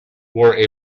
wore